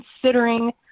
considering